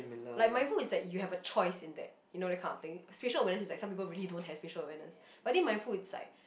like mindful is that you have a choice in that you know that kind of thing spatial awareness is like some people really don't have spatial awareness but I think mindful is like